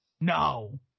No